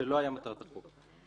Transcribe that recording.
שלא היה מטרת החוק.